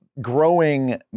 growing